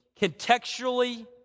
contextually